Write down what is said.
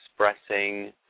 expressing